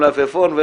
מלפפון,